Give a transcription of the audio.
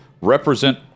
represent